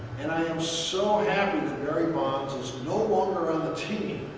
and i am so happy that barry bonds is no longer on the team,